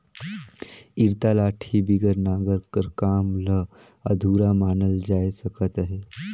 इरता लाठी बिगर नांगर कर काम ल अधुरा मानल जाए सकत अहे